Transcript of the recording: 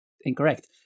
incorrect